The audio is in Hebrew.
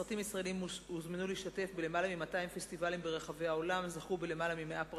סרטים ישראליים הוזמנו להשתתף בלמעלה מ-200 פסטיבלים ברחבי העולם.